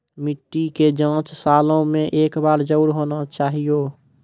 मिट्टी के जाँच सालों मे एक बार जरूर होना चाहियो?